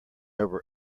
over